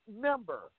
member